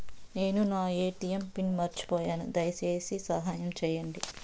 నేను నా ATM PIN మర్చిపోయాను, దయచేసి సహాయం చేయండి